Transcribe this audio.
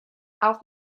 auch